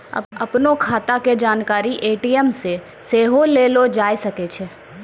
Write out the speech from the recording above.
अपनो खाता के जानकारी ए.टी.एम से सेहो लेलो जाय सकै छै